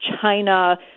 China